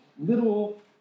Little